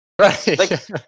Right